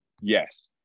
Yes